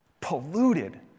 polluted